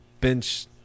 bench